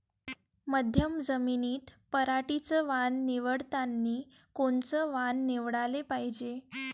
मध्यम जमीनीत पराटीचं वान निवडतानी कोनचं वान निवडाले पायजे?